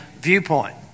viewpoint